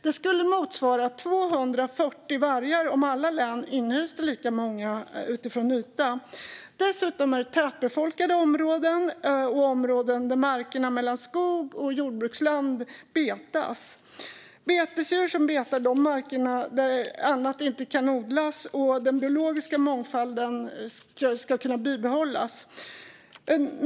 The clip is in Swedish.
Det skulle motsvara 240 vargar om alla län inhyste lika många utifrån yta. Dessutom är det tätbefolkade områden och områden där markerna mellan skog och jordbruksland betas. Betesdjuren betar de marker där annat inte kan odlas för att den biologiska mångfalden ska kunna bibehållas.